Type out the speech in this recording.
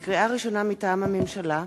לקריאה ראשונה, מטעם הממשלה: